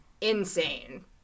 insane